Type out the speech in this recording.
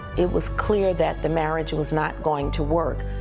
it was clear that the marriage was not going to work.